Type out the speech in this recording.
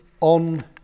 on